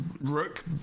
Rook